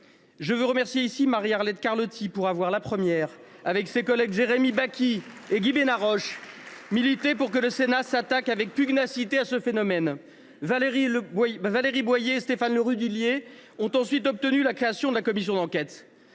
Je veux remercier Marie Arlette Carlotti pour avoir, la première, avec ses collègues Jérémy Bacchi et Guy Benarroche, milité pour que le Sénat s’attaque avec pugnacité à ce phénomène. Valérie Boyer et Stéphane Le Rudulier ont ensuite obtenu la création de la commission d’enquête